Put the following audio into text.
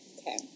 Okay